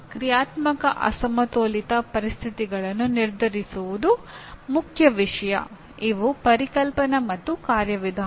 ಕ್ರಿಯಾತ್ಮಕ ಅಸಮತೋಲಿತ ಪರಿಸ್ಥಿತಿಗಳನ್ನು ನಿರ್ಧರಿಸುವುದು ಮುಖ್ಯ ವಿಷಯ ಇವು ಪರಿಕಲ್ಪನಾ ಮತ್ತು ಕಾರ್ಯವಿಧಾನ